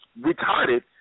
retarded